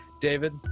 David